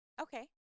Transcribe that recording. Okay